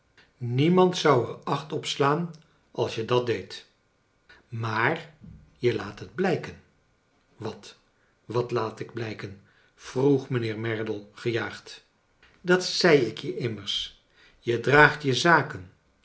niema nd zou er acht op slaan als je dat deedt maar je laat het blijken wat wat laat ik blijken vroeg mijnheer merdle gejaagd dat zei ik je immers je draagt je zaken